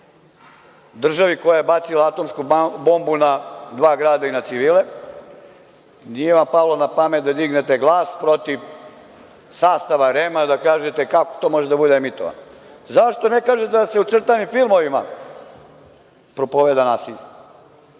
državi koja je bacila atomsku bombu na dva grada i na civile? Nije vam palo na pamet da dignete glas protiv sastava REM-a, da kažete kako to može da bude emitovano. Zašto ne kažete da se u crtanim filmovima propoveda nasilje.